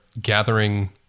gathering